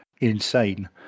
insane